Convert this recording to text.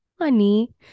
honey